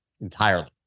entirely